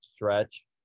stretch